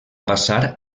passar